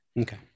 okay